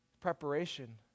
preparation